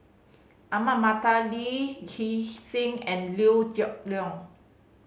Ahmad Mattar Lee Hee Seng and Liew Geok Leong